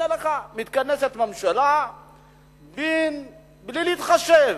מתכנסת ממשלה בלי להתחשב.